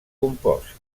compost